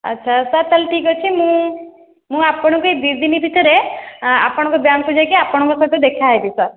ଆଚ୍ଛା ସାର୍ ତା'ହେଲେ ଠିକ୍ ଅଛି ମୁଁ ମୁଁ ଆପଣଙ୍କୁ ଏହି ଦୁଇ ଦିନ ଭିତରେ ଆପଣଙ୍କ ବ୍ୟାଙ୍କ୍କୁ ଯାଇକି ଆପଣଙ୍କ ସହିତ ଦେଖା ହେବି ସାର୍